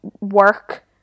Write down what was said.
work